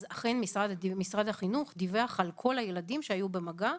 אז אכן משרד החינוך דיווח על כל הילדים שהיו במגע,